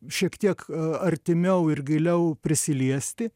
šiek tiek artimiau ir giliau prisiliesti